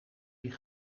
die